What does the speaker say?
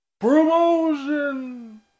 Promotion